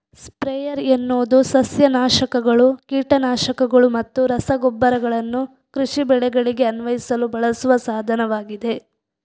sprayer ಎನ್ನುವುದು ಸಸ್ಯ ನಾಶಕಗಳು, ಕೀಟ ನಾಶಕಗಳು ಮತ್ತು ರಸಗೊಬ್ಬರಗಳನ್ನು ಕೃಷಿ ಬೆಳೆಗಳಿಗೆ ಅನ್ವಯಿಸಲು ಬಳಸುವ ಸಾಧನವಾಗಿದೆ